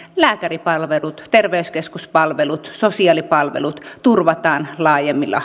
lääkäripalvelut terveyskeskuspalvelut sosiaalipalvelut turvataan laajemmilla